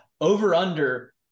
over-under